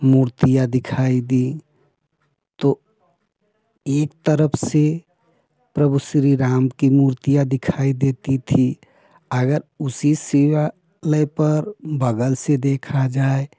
मूर्तियाँ दिखाई दी तो एक तरफ से प्रभु श्री राम की मूर्तियाँ दिखाई देती थी अगर उसी शिलाएँ पर बगल से देखा जाए